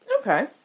Okay